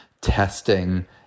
testing